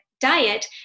diet